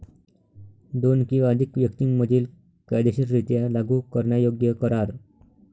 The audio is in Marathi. दोन किंवा अधिक व्यक्तीं मधील कायदेशीररित्या लागू करण्यायोग्य करार